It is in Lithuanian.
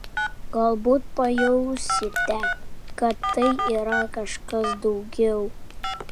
galbūt pajausite kad tai yra kažkas daugiau